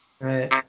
Right